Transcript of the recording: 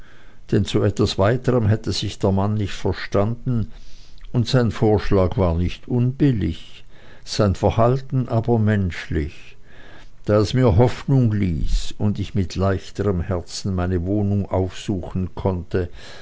denn zu etwas weiterm hätte sich der mann nicht verstanden und sein vorschlag war nicht unbillig sein verhalten aber menschlich da es mir hoffnung ließ und ich mit leichterm herzen meine wohnung aufsuchen konnte